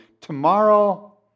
Tomorrow